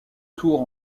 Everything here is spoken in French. tours